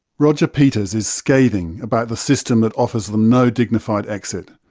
roger peters is scathing about the system that offers them no dignified exit,